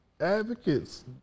advocates